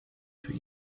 für